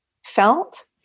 Felt